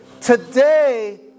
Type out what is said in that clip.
today